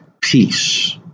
peace